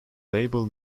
label